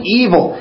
evil